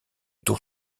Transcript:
tour